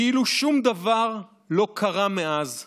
כאילו שום דבר לא קרה מאז בישראל,